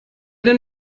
den